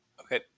Okay